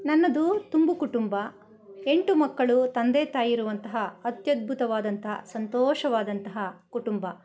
ನನ್ನದು ತುಂಬು ಕುಟುಂಬ ಎಂಟು ಮಕ್ಕಳು ತಂದೆ ತಾಯಿ ಇರುವಂತಹ ಅತ್ಯುದ್ಭುತವಾದಂತ ಸಂತೋಷವಾದಂತಹ ಕುಟುಂಬ